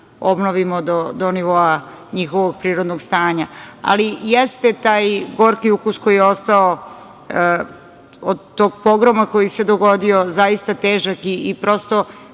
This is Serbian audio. obnovimo do nivoa njihovog prirodnog stanja. Ali, jeste taj gorki ukus koji je ostao od tog pogroma koji se dogodio, zaista težak i prosto